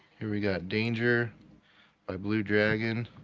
here we got danger by blue dragon,